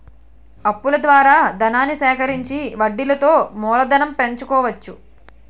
అప్పుల ద్వారా ధనాన్ని సేకరించి వడ్డీలతో మూలధనం పెంచుకోవచ్చు